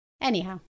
Anyhow